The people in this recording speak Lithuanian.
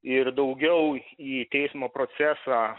ir daugiau į teismo procesą